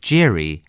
Jerry